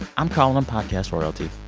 i'm calling him podcast royalty.